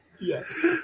Yes